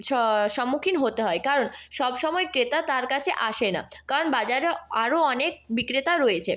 সম্মুখীন হতে হয় কারণ সব সময় ক্রেতা তার কাছে আসে না কারণ বাজারে আরও অনেক বিক্রেতা রয়েছে